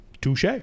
Touche